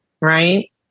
right